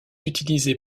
utilisé